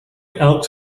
elks